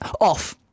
Off